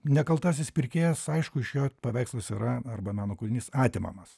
nekaltasis pirkėjas aišku iš jo paveikslas yra arba meno kūrinys atimamas